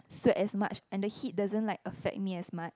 sweat as much and the heat doesn't like affect me as much